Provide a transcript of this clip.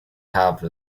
have